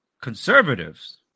conservatives –